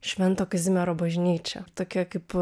švento kazimiero bažnyčia tokia kaip